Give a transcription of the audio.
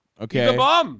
Okay